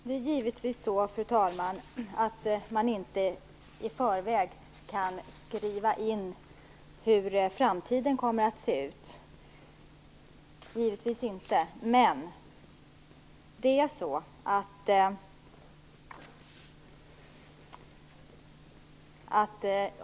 Fru talman! Man kan givetvis inte i förväg skriva in hur framtiden kommer att se ut - givetvis inte.